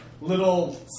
little